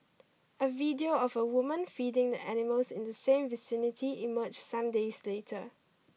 a video of a woman feeding the animals in the same vicinity emerged some days later